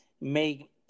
make